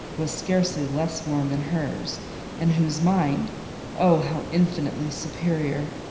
was scarcely less warm than hers and whose mind oh! how infinitely superior!